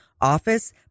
office